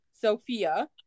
Sophia